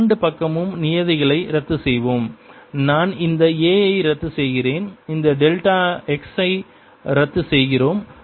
இரண்டு பக்கமும் நியதிகளை ரத்து செய்வோம் நான் இந்த A ஐ ரத்து செய்கிறேன் இந்த டெல்டா x ஐ ரத்து செய்கிறோம்